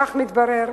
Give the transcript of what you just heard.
כך מתברר,